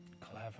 Clever